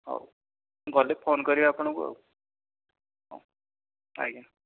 ହେଉ ଗଲେ ଫୋନ୍ କରିବି ଆପଣଙ୍କୁ ଆଉ ହେଉ ଆଜ୍ଞା